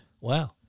Wow